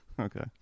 Okay